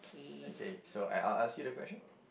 okay so I'll I'll ask you the question